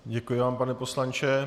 Děkuji vám, pane poslanče.